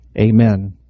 Amen